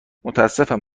متاسفم